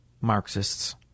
Marxists